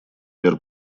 мер